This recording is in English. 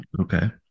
okay